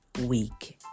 week